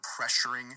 pressuring